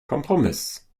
kompromiss